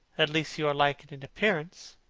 at least you are like it in appearance.